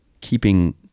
keeping